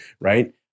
Right